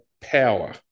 power